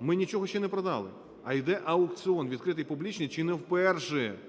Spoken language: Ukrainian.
ми нічого ще не продали, а йде аукціон, відкритий, публічний чи не вперше.